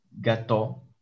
Gato